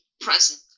present